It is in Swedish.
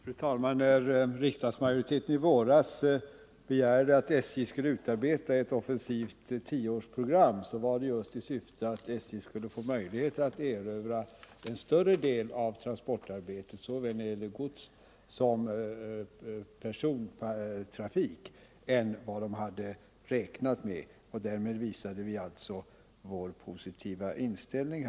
Fru talman! När riksdagsmajoriteten i våras begärde att SJ skulle utarbeta ett offensivt tioårsprogram var det just i syfte att SJ skulle få möjligheter att erövra en större del av transportarbetet när det gäller såväl godssom persontrafik än vad man där hade räknat med. Därmed visade vi alltså vår positiva inställning.